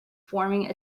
forming